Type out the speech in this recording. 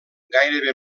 gairebé